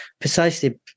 precisely